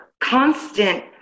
constant